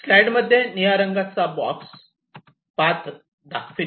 slide मध्ये निळा रंगाचा बॉक्स पाथ दाखवितो